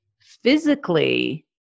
physically